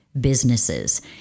businesses